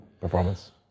performance